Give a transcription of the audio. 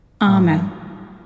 Amen